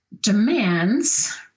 demands